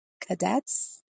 Cadets